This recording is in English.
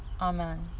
Amen